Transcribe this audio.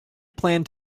planned